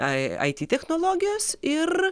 it technologijos ir